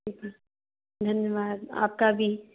धन्यवाद आपका भी